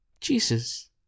Jesus